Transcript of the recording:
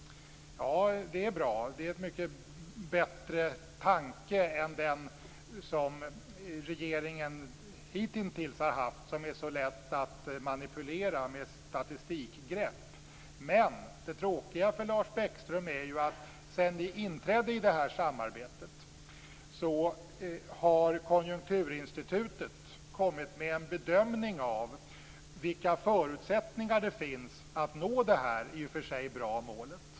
Ja, det är bra. Det är en mycket bättre tanke än den som regeringen hitintills har haft, som är så lätt att manipulera med statistikgrepp. Men det tråkiga för Lars Bäckström är ju att sedan ni inträdde i det här samarbetet har Konjunkturinstitutet kommit med en bedömning av vilka förutsättningar det finns för att nå detta i och för sig bra mål.